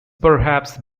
perhaps